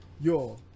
yo